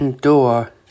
door